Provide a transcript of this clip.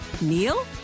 Neil